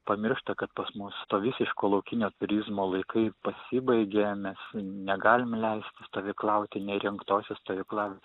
pamiršta kad pas mus to visiško laukinio turizmo laikai pasibaigė mes negalime leisti stovyklauti neįrengtose stovykla